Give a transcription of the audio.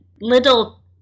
little